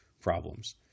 problems